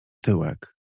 tyłek